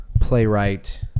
playwright